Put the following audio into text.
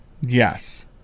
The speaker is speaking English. Yes